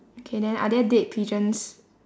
okay then are there dead pigeons